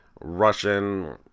Russian